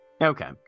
Okay